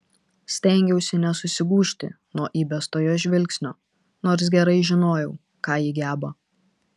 stengiausi nesusigūžti nuo įbesto jos žvilgsnio nors gerai žinojau ką ji geba